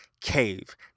cave